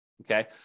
okay